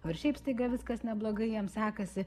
ar šiaip staiga viskas neblogai jam sekasi